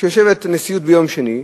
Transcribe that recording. שיושבת נשיאות ביום שני,